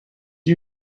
you